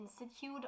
Institute